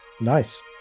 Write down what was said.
nice